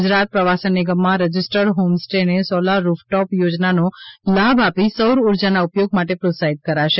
ગુજરાત પ્રવાસન નિગમમાં registered home સ્ટેને સોલાર રૂફ ટોપ યોજનાનો લાભ આપી સૌર ઊર્જાના ઉપયોગ માટે પ્રોત્સાહિત કરાશે